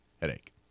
headache